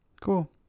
cool